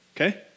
Okay